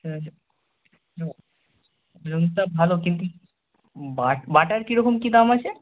অজন্তা ভালো কিন্তু বাটার কী রকম কী দাম আছে